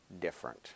Different